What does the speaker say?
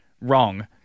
wrong